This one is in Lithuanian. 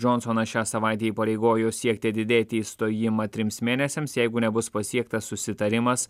džonsonas šią savaitę įpareigojo siekti atidėti išstojimą trims mėnesiams jeigu nebus pasiektas susitarimas